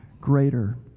greater